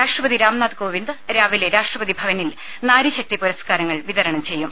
രാഷ്ട്രപതി രാംനാഥ് കോവിന്ദ് രാവിലെ രാഷ്ട്രപതി ഭവനിൽ നാരീശക്തി പുരസ്കാരങ്ങൾ വിതരണം ചെയ്യും